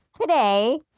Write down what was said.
today